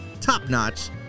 top-notch